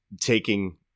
taking